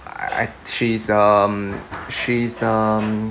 I she's um she's um